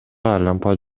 айлампа